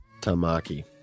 tamaki